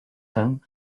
hum